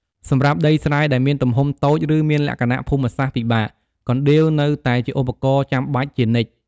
សម្រាប់ដីស្រែដែលមានទំហំតូច ឬមានលក្ខណៈភូមិសាស្ត្រពិបាក កណ្ដៀវនៅតែជាឧបករណ៍ចាំបាច់ជានិច្ច។